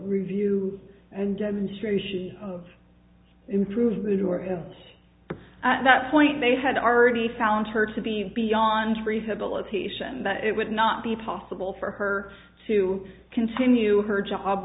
review and demonstration of improvement or him at that point they had already found her to be beyond rehabilitation that it would not be possible for her to continue her job